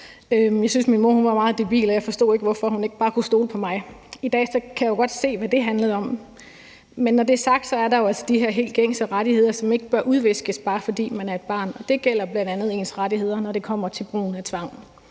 Jeg syntes, min mor var meget debil, og jeg forstod ikke, hvorfor hun ikke bare kunne stole på mig. I dag kan jeg jo godt se, hvad det handlede om, men når det er sagt, er der jo altså de her helt gængse rettigheder, som ikke bør udviskes, bare fordi man er et barn, og det gælder bl.a. ens rettigheder, når det kommer til brugen af tvang,